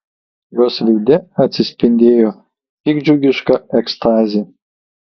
jos veide atsispindėjo piktdžiugiška ekstazė